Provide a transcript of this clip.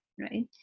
right